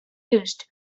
used